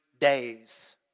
days